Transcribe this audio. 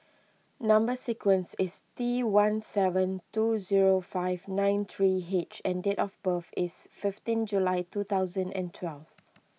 Number Sequence is T one seven two zero five nine three H and date of birth is fifteen July two thousand and twelve